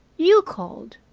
you called,